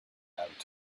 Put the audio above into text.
out